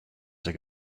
ten